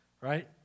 right